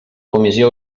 comissió